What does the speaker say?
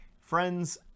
Friends